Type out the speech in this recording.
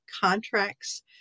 contracts